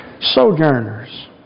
Sojourners